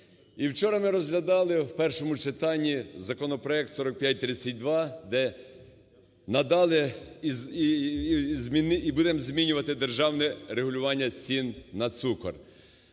вчора ми розглядали у першому читанні законопроект 4532, де надали і будемо змінювати державне регулювання цін на цукор.